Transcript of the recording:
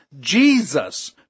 Jesus